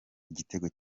igitego